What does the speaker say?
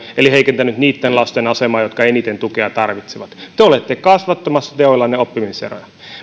eli heikentänyt niitten lasten asemaa jotka eniten tukea tarvitsevat te olette kasvattamassa teoillanne oppimiseroja